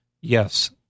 yes